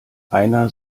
einer